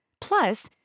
Plus